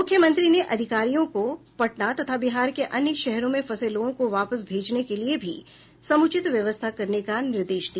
मुख्यमंत्री ने अधिकारियों को पटना तथा बिहार के अन्य शहरों में फंसे लोगों को वापस भेजने के लिए भी समुचित व्यवस्था करने का निर्देश भी दिया